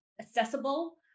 accessible